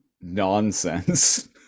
nonsense